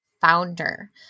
founder